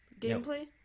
gameplay